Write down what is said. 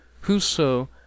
Whoso